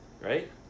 right